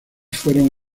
fueron